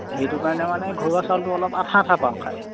সেইটো কাৰণে মানে ঘৰুৱা চাউলটো অলপ আঠা আঠা পাওঁ খায়